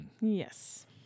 Yes